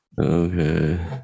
okay